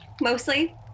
mostly